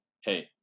hey